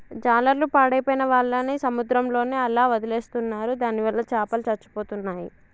జాలర్లు పాడైపోయిన వాళ్ళని సముద్రంలోనే అలా వదిలేస్తున్నారు దానివల్ల చాపలు చచ్చిపోతున్నాయి